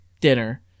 dinner